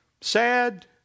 sad